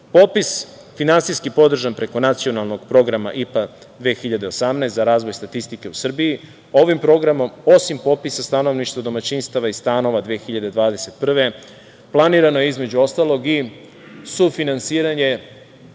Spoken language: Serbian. mera. Popis finansijski podržan preko Nacionalnog programa IPA 2018. godine za razvoj statistike u Srbiji. Ovim programom, osim popisa stanovništva, domaćinstava i stanova 2021. godine planirano je između ostalog i sufinansiranje